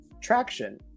traction